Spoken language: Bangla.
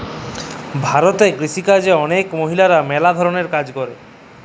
ভারতেল্লে কিসিকাজে অলেক মহিলারা ম্যালা ধরলের কাজ ক্যরে